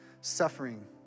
suffering